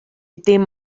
dim